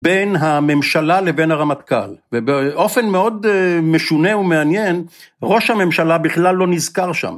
בין הממשלה לבין הרמטכ״ל, ובאופן מאוד משונה ומעניין ראש הממשלה בכלל לא נזכר שם.